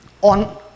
on